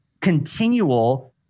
continual